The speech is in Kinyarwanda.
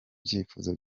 byifuzo